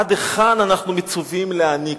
עד היכן אנחנו מצווים להעניק?